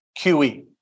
QE